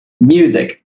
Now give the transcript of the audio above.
music